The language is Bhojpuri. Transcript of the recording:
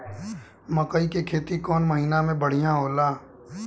मकई के खेती कौन महीना में बढ़िया होला?